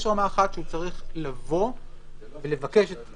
יש רמה אחת שהוא צריך לבוא ולבקש את